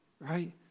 right